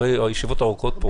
אחרי ישיבות ארוכות פה,